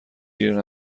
گیر